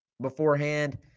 beforehand